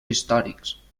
històrics